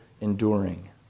enduring